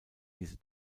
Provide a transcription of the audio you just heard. diese